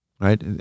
Right